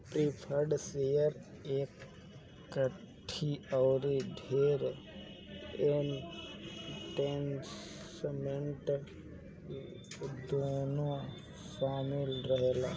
preferred share equity अउरी debt instrument दूनो शामिल रहेला